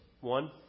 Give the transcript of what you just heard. One